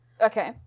Okay